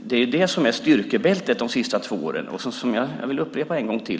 Det är det som är styrkebältet de senaste två åren. Jag vill upprepa det.